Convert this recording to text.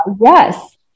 Yes